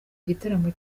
gitaramo